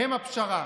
הם הפשרה.